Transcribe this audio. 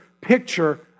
picture